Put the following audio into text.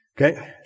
Okay